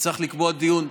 נצטרך לקבוע דיון.